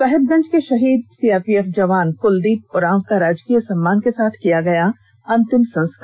साहेबगंज के शहीद सीआरपीएफ जवान क्लदीप उरांव का राजकीय सम्मान के साथ किया गया अंतिम संस्कार